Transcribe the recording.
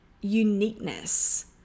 uniqueness